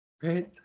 Great